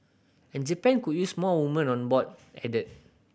and Japan could use more women on board added